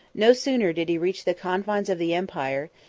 no sooner did he reach the confines of the empire,